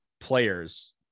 players